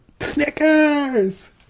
Snickers